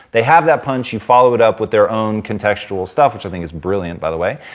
they have that punch, you follow it up with their own contextual stuff, which i think is brilliant by the way,